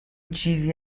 چیزی